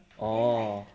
orh